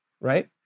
right